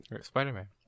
Spider-Man